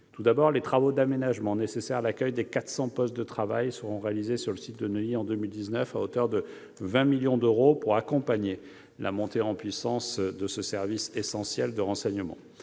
Tout d'abord, les travaux d'aménagement nécessaires à l'accueil de 400 postes de travail seront réalisés sur le site de Neuilly en 2019, pour un montant de 20 millions d'euros. Il s'agit d'accompagner la montée en puissance de ce service de renseignement